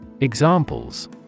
Examples